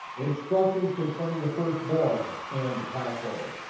instructions concerning the firstborn and the passover.